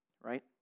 right